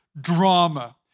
drama